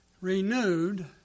renewed